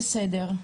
בסדר,